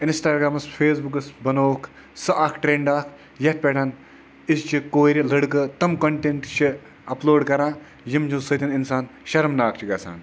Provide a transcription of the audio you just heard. اِنَسٹاگرامَس فیس بُکَس بَنووُکھ سُہ اکھ ٹرینٛڈ اَکھ یَتھ پٮ۪ٹھ أزچہِ کورِ لٔڑکہٕ تِم کَنٹینٹ چھِ اَپلوڈ کَران یمو سۭتۍ اِنسان شَرمناکھ چھُ گَژھان